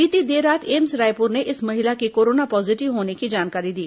बीती देर रात एम्स रायपुर ने इस महिला के कोरोना पॉजीटिव होने की जानकारी दी